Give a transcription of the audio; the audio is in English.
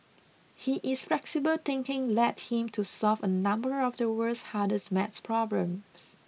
he is flexible thinking led him to solve a number of the world's hardest math problems